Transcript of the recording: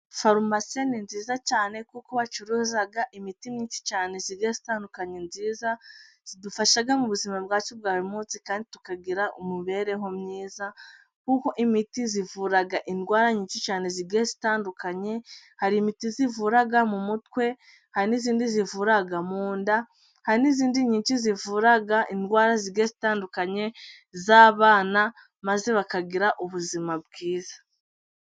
Farumase ni nziza cyane kuko bacuruza imiti myinshi cyane igiye itandukanye myiza, idufasha mu buzima bwacu bwa buri munsi kandi tukagira imibereho myiza, kuko imiti ivura indwara nyinshi cyane zigiye zitandukanye. Hari imiti ivura mu mutwe, hari n'indi ivura mu nda, hari n'indi myinshi ivura indwara zigiye zitandukanye z'abana, maze bakagira ubuzima bwiza.